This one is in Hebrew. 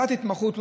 בתת-התמחות,